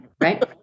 right